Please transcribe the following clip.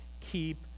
keep